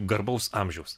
garbaus amžiaus